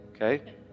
okay